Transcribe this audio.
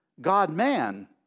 God-man